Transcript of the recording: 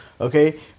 Okay